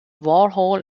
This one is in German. warhol